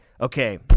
okay